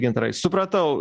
gintarai supratau